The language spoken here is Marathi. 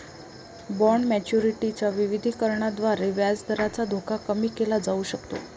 बॉण्ड मॅच्युरिटी च्या विविधीकरणाद्वारे व्याजदराचा धोका कमी केला जाऊ शकतो